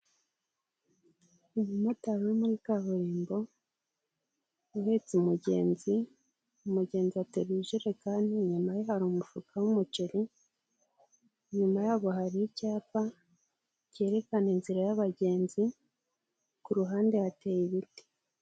Umumotari uri muri kaburimbo uhetse umugenzi, umugenzi ateruye ijerekani inyuma ye hari umufuka w'umuceri, inyuma yabo hari icyapa kerekana inzira y'abagenzi, ku ruhande hateye ibiti.